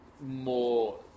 more